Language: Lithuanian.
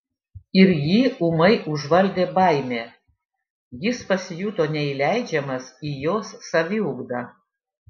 ir jį ūmai užvaldė baimė jis pasijuto neįleidžiamas į jos saviugdą